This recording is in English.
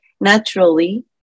naturally